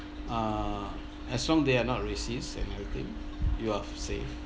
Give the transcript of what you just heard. uh as long they are not racist and everything you are safe